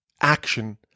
action